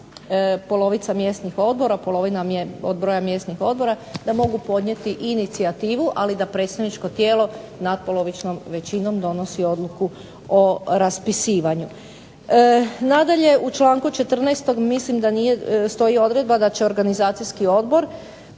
polovica mjesnih odbora, polovina od broja mjesnih odbora, da mogu podnijeti inicijativu, ali da predstavničko tijelo natpolovičnom većinom donosi odluku o raspisivanju. Nadalje u članku 14. mislim da nije, stoji odredba da će organizacijski odbor